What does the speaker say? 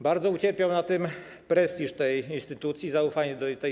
Bardzo ucierpiał na tym prestiż tej instytucji i zaufanie do niej.